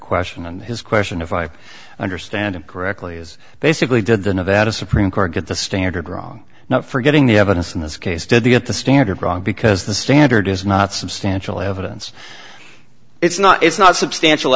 question and his question if i understand him correctly is basically did the nevada supreme court get the standard wrong for getting the evidence in this case did they get the standard wrong because the standard is not substantial evidence it's not it's not substantial